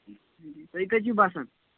تُہۍ کَتہِ چِھوٕ بَسان